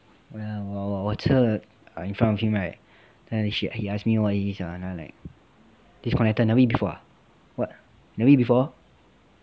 ya 我吃 in front of him right then he he ask me what it is sia then I like this is cornetto you never eat before ah what never eat before